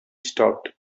stopped